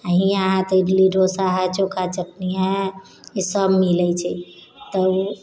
आओर हियाँ अहाँ तऽ इडली डोसा है चोखा चटनी है ई सब मिलै छै तऽ उ